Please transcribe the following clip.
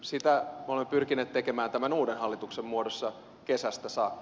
sitä olemme pyrkineet tekemään tämän uuden hallituksen muodossa kesästä saakka